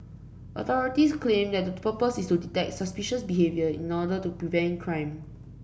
authorities claim that the purpose is to detect suspicious behaviour in order to prevent crime